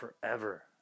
forever